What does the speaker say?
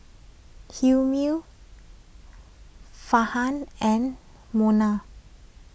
Hilmi Farhan and Munah